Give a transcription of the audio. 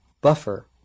buffer